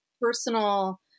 personal